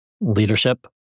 Leadership